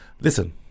Listen